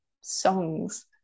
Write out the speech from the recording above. songs